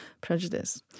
prejudice